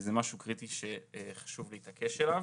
זה משהו קריטי שחשוב להתעקש עליו.